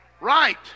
right